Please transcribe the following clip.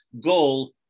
goal